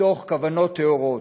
מתוך כוונות טהורות,